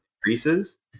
increases